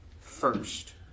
first